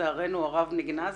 לצערנו הרב נגנז.